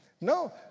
No